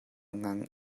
ngang